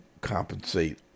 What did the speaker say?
compensate